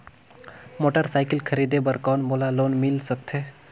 Motorcycle खरीदे बर कौन मोला लोन मिल सकथे?